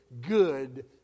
good